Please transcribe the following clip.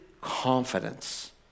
confidence